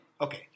Okay